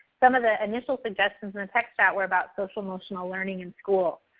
some of the initial suggestions in the text chat were about social emotional learning in schools.